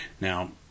Now